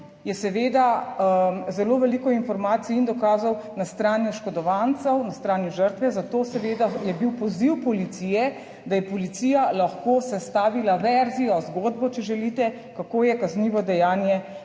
je seveda zelo veliko informacij in dokazov na strani oškodovancev, na strani žrtve, zato seveda je bil poziv policije, da je policija lahko sestavila verzijo, zgodbo, če želite, kako je kaznivo dejanje pač